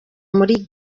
muri